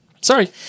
Sorry